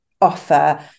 offer